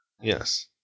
Yes